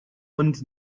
und